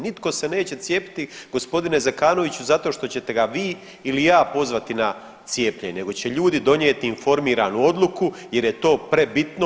Nitko se neće cijepiti gospodine Zekanoviću zato što ćete ga vi ili ja pozvati na cijepljenje, nego će ljudi donijeti informiranu odluku jer je to prebitno.